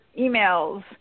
emails